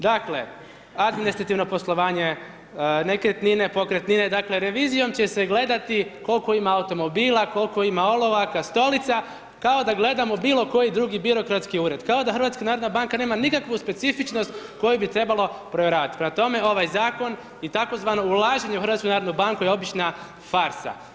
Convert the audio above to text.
Dakle administrativno poslovanje, nekretnine, pokretnine, dakle revizijom će se gledati koliko ima automobila, koliko ima olovaka, stolica ako da gledamo bilokoji drugi birokratski ured, kao da HNB nema nikakvu specifičnost koju bi trebalo provjeravati, prema tome, ovaj zakon i tzv. ulaženje u HNB je obična farsa.